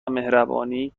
مهربانی